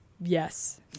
yes